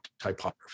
typography